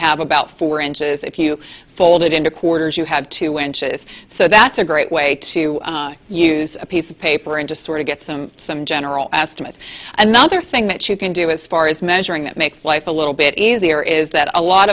have about four inches if you fold it into quarters you have two inches so that's a great way to use a piece of paper and just sort of get some some general estimates another thing that you can do as far as measuring that makes life a little bit easier is that a lot